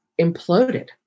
imploded